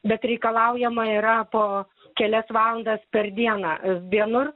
bet reikalaujama yra po kelias valandas per dieną vienur